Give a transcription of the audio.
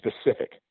specific